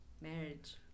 marriage